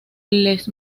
les